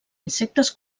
insectes